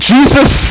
Jesus